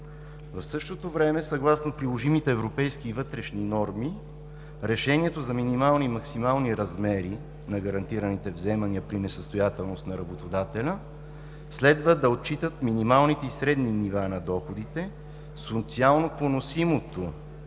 В същото време, съгласно приложимите европейски и вътрешни норми, решението за минимални и максимални размери на гарантираните вземания при несъстоятелност на работодателя следва да отчитат минималните и средни нива на доходите, социално поносимото